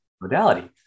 modality